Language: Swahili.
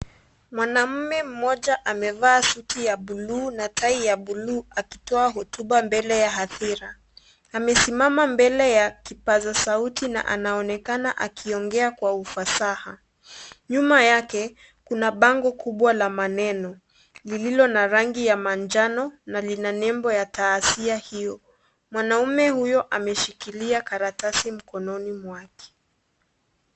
Mwanaume mmoja amevaa suti ya buluu na tai ya buluu akitoa hotuba mbele ya hadhira, amesimama mbele ya kipasa sauti na anaonekana akiongea kwa ufasaha, nyuma yake, kuna bango kubwa la maneno, lililo na rangi ya manjano, na lina nembo ya tahasia hiyo, mwanamume huyo ameshikilia karatasi mkononi mwake.